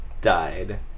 died